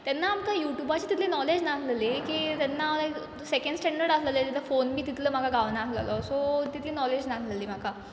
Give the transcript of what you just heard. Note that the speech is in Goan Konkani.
तेन्ना आमकां युटुबाची तितली नॉलेज नासलली की जेन्ना हांव एक सॅकॅण स्टँडर्ड आसललें तेन्ना फोन बी तितलो म्हाका गावनासललो सो तितली नॉलेज नासलली म्हाका